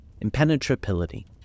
Impenetrability